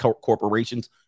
corporations